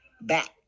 back